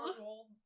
old